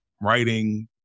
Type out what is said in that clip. writing